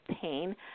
pain